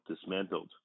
Dismantled